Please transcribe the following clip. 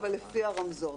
אבל לפי הרמזור,